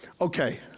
okay